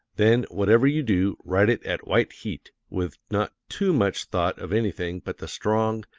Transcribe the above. then, whatever you do, write it at white heat, with not too much thought of anything but the strong,